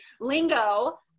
lingo